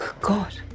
God